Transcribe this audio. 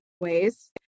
ways